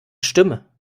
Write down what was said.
stimme